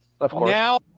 Now